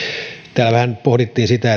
täällä vähän pohdittiin sitä